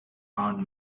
armed